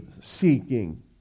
seeking